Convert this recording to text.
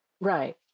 Right